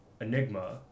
Enigma